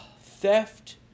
theft